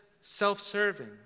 self-serving